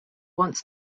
wants